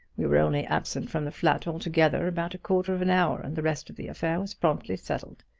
we were only absent from the flat altogether about a quarter of an hour, and the rest of the affair was promptly settled.